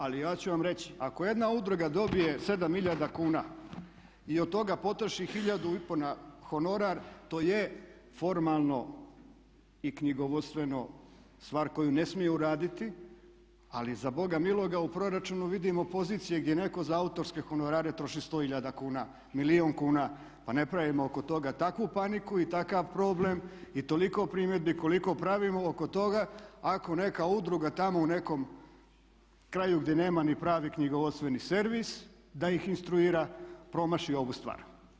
Ali ja ću vam reći, ako jedna udruga dobije 7 hiljada kuna i od toga potroši hiljadu i pol na honorar to je formalno i knjigovodstveno stvar koju ne smije uraditi, ali za boga miloga u proračunu vidimo pozicije gdje netko za autorske honorare troši 100 hiljada kuna, milijun kuna pa ne pravimo oko toga takvu paniku i takav problem i toliko primjedbi koliko pravimo oko toga, ako neka udruga tamo u nekom kraju gdje nema ni pravi knjigovodstveni servis da ih instruira promaši ovu stvar.